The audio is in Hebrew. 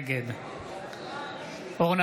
נגד אורנה